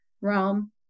realm